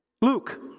Luke